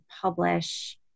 publish